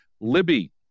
Libby